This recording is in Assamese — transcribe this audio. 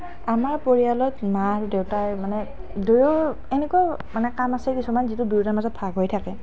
আমাৰ পৰিয়ালত মা আৰু দেউতা মানে দুয়োৰ এনেকুৱা মানে কাম আছে কিছুমান যিটো দুয়োটাৰ মাজত ভাগ হৈ থাকে